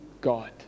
God